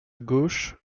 gauche